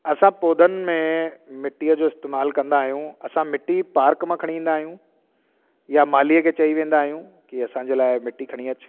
असां पौधनि में मिटीअ जो इस्तेमालु कंदा आहियूं असां मिटी पार्क मां खणी ईंदा आहियूं या मालीअ खे चई वेंदा आहियूं की असांजे लाइ मिटी खणी अचु